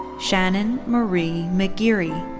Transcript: shannon marie mcgeary.